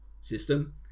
system